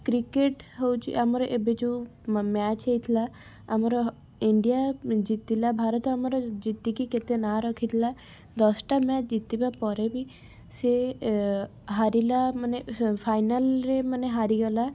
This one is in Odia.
କ୍ରିକେଟ ହଉଛି ଆମର ଏବେ ଯେଉଁ ମ୍ୟାଚ ହେଇଥିଲା ଆମର ଇଣ୍ଡିଆ ଜିତିଲା ଭାରତ ଆମର ଜିତିକି କେତେ ନାଁ ରଖିଥିଲା ଦଶଟା ମ୍ୟାଚ ଜିତିବା ପରେ ବି ସେ ହାରିଲା ମାନେ ଫାଇନାଲରେ ମାନେ ହାରିଗଲା